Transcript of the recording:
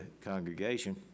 congregation